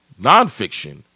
nonfiction